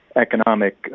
economic